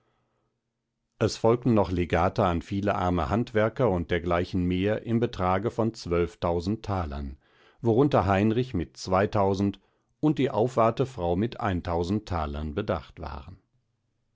es folgten noch legate an viele arme handwerker und dergleichen mehr im betrage von zwölftausend thalern worunter heinrich mit zweitausend und die aufwartefrau mit eintausend thalern bedacht waren